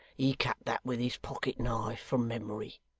he cut that with his pocket-knife from memory!